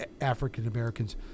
African-Americans